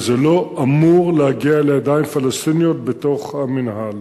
וזה לא אמור להגיע לידיים פלסטיניות בתוך המינהל.